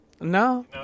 No